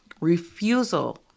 Refusal